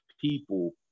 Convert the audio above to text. people